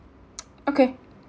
okay